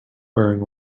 wearing